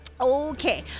Okay